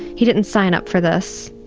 he didn't sign up for this,